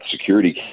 security